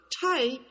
tight